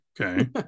okay